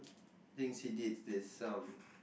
things he did there's some